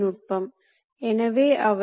இயக்கியும் ஒரு மோட்டார் தான்